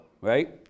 Right